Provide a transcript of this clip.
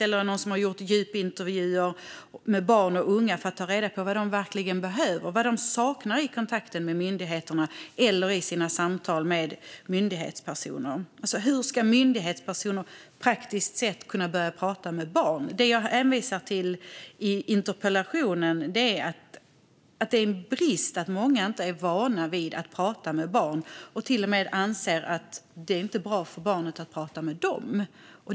Eller har man gjort djupintervjuer med barn och unga för att ta reda på vad de verkligen behöver och saknar i kontakten med myndigheterna eller i sina samtal med myndighetspersoner? Hur ska myndighetspersoner praktiskt sett kunna börja prata med barn? Det jag hänvisar till i interpellationen är att det är en brist att många inte är vana vid att prata med barn och till och med anser att det inte är bra för barnet att prata med dem.